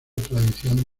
tradición